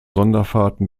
sonderfahrten